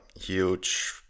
huge